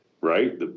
right